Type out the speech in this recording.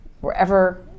wherever